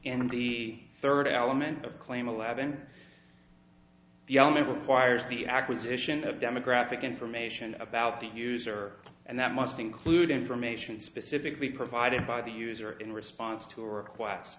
in the third element of claim eleven the only requires the acquisition of demographic information about the user and that must include information specifically provided by the user in response to a request